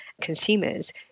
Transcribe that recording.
consumers